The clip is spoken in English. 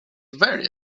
very